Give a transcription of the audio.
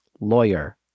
lawyer